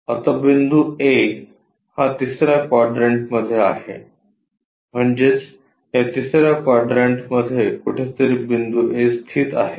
आता बिंदू A हा तिसर्या क्वाड्रंटमध्ये आहे म्हणजेच या तिसर्या क्वाड्रंटमध्ये कुठेतरी बिंदू A स्थित आहे